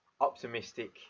optimistic